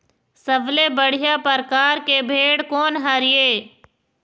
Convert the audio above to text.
सबले बढ़िया परकार के भेड़ कोन हर ये?